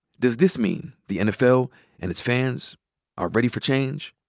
does this mean the nfl and its fans are ready for change?